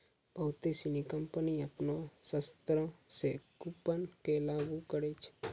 बहुते सिनी कंपनी अपनो स्तरो से कूपन के लागू करै छै